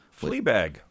Fleabag